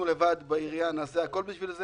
אנחנו דנים עכשיו על המשבר הכלכלי הפוקד את העיר טבריה.